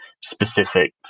specific